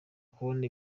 kubona